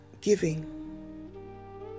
giving